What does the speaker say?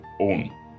own